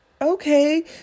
okay